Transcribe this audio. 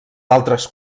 altres